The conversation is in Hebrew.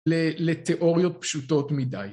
לתיאוריות פשוטות מדי.